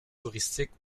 touristiques